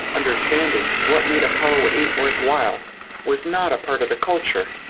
understanding what made apollo eight worthwhile was not a part of the culture.